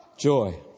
Joy